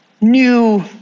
new